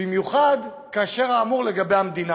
במיוחד כאשר האמור הוא לגבי המדינה.